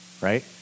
right